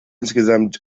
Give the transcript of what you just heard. insgesamt